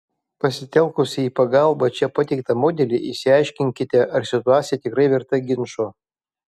pasitelkusi į pagalbą čia pateiktą modelį išsiaiškinkite ar situacija tikrai verta ginčo